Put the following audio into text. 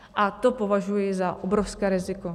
A to považuji za obrovské riziko.